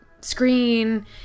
screen